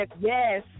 yes